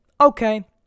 Okay